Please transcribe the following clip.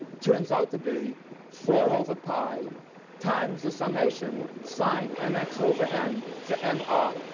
turns out to be four over pi times the summation sine n x over n for n odd.